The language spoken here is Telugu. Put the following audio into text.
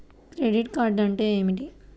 క్రెడిట్ అంటే ఏమిటి?